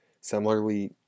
similarly